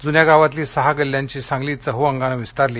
जुन्या गावातली सहा गल्ल्यांची सांगली चहअंगांनी विस्तारली